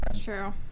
True